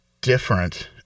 different